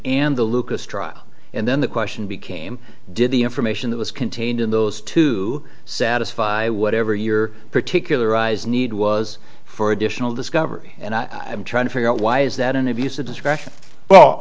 and the lucas trial and then the question became did the information that was contained in those to satisfy whatever your particular eyes need was for additional discovery and i am trying to figure out why is that an abuse of discretion well